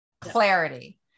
clarity